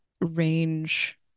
range